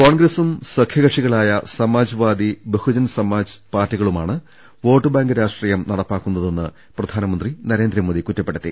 കോൺഗ്രസും സഖ്യകക്ഷികളായ സമാജ്വാദി ബഹു ജൻസമാജ് പാർട്ടികളുമാണ് വോട്ട്ബാങ്ക് രാഷ്ട്രീയം നടപ്പാക്കു ന്നതെന്ന് പ്രധാനമന്ത്രി നരേന്ദ്രമോദി കുറ്റപ്പെടുത്തി